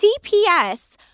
CPS